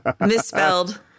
misspelled